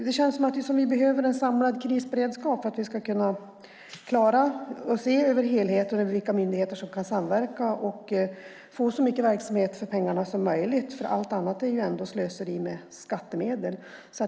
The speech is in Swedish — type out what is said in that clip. Det känns som att vi behöver en samlad krisberedskap för att vi ska klara av att se över helheten, det vill säga vilka myndigheter som kan samverka och få så mycket verksamhet för pengarna som möjligt. Allt annat är ändå slöseri med skattemedel.